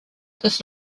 this